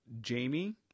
jamie